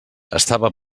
estava